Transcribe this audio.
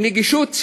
נגישות האקדמיה,